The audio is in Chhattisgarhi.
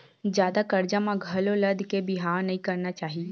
जादा करजा म घलो लद के बिहाव नइ करना चाही